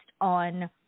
on